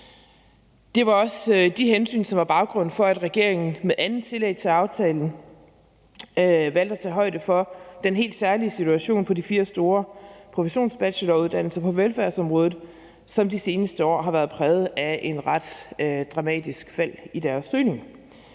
Det var også de hensyn, som var baggrunden for, at regeringen med andettillæg til aftalen valgte at tage højde for den helt særlige situation på de fire store professionsbacheloruddannelser på velfærdsområdet, som de seneste år har været præget af et ret dramatisk fald i deres søgning.